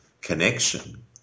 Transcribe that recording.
connection